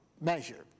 measure